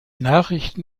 nachrichten